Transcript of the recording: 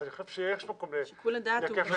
אז אני חושב שיש מקום לכפל סמכויות.